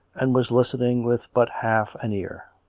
and was listening with but half an ear.